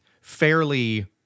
fairly